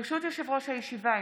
ברשות יושב-ראש הישיבה,